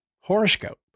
horoscope